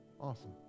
Awesome